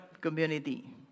community